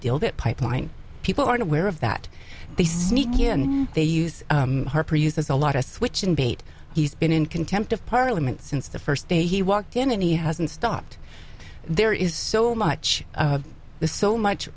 deal that pipeline people aren't aware of that they sneak in they use harper uses a lot of switchin bait he's been in contempt of parliament since the first day he walked in and he hasn't stopped there is so much of the so much